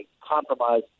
compromise